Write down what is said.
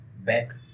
Back